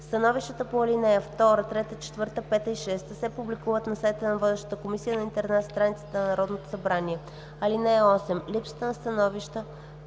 Становищата по ал. 2, 3, 4, 5 и 6 се публикуват на сайта на водещата комисия на интернет страницата на Народното събрание. (8) Липсата на становища